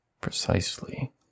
Precisely